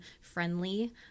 friendly